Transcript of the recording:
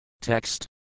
Text